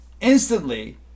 Instantly